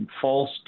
false